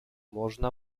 można